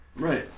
right